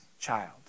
child